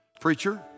Preacher